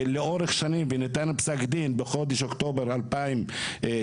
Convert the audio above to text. על פסק הדין שניתן בחודש אוקטובר 2019,